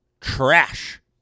trash